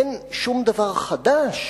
אין שום דבר חדש